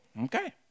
Okay